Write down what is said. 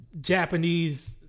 Japanese